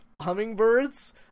hummingbirds